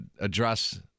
address